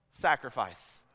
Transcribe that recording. Sacrifice